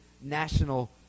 national